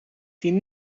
tien